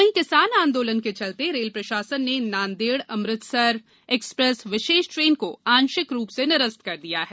वही किसान आंदोलन के चलते रेल प्रशासन में नांदेड़ अमृतसर एक्सप्रेस विशेष ट्रेन को आंशिक रूप से निरस्त कर दिया है